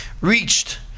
reached